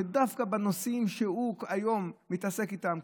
שדווקא בנושאים שהיום הוא מתעסק איתם,